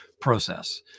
process